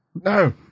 no